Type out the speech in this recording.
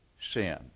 sin